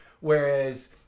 Whereas